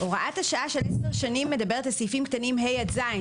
הוראת השעה של 10 שנים מדברת על סעיפים (ה) עד (ז),